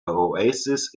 oasis